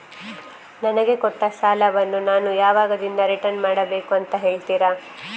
ನನಗೆ ಕೊಟ್ಟ ಸಾಲವನ್ನು ನಾನು ಯಾವಾಗದಿಂದ ರಿಟರ್ನ್ ಮಾಡಬೇಕು ಅಂತ ಹೇಳ್ತೀರಾ?